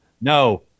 No